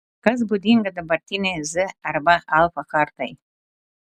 kas būdinga dabartinei z arba alfa kartai